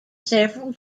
several